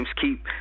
keep